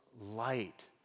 light